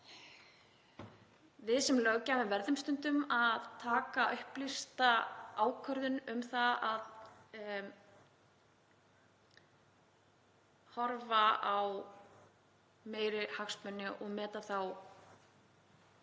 við sem löggjafi verðum stundum að taka upplýsta ákvörðun um það að horfa á meiri hagsmuni og meta þá